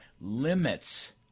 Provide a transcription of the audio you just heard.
limits –